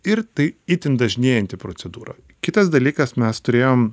ir tai itin dažnėjanti procedūra kitas dalykas mes turėjom